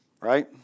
right